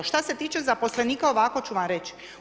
Šta se tiče zaposlenika, ovako ću vam reć.